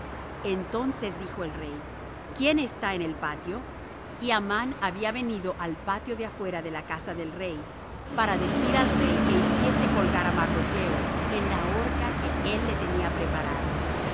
entonces dijo el rey quién está en el patio y amán había venido al patio de afuera de la casa del rey para decir al rey que hiciese colgar á mardocho en la horca que él le tenía preparada